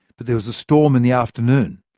but there was a storm in the afternoon.